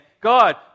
God